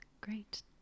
Great